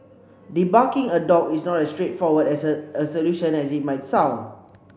debarking a dog is not as straightforward as a a solution as it might sound